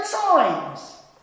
times